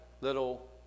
little